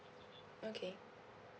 okay